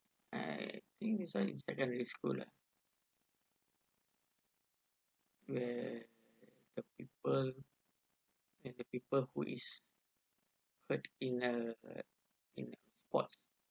I think this one in secondary school lah where the people and the people who is put in uh in sports